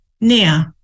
Now